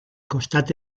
costat